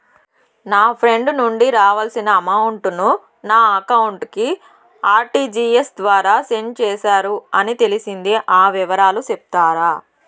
నా ఫ్రెండ్ నుండి రావాల్సిన అమౌంట్ ను నా అకౌంట్ కు ఆర్టిజియస్ ద్వారా సెండ్ చేశారు అని తెలిసింది, ఆ వివరాలు సెప్తారా?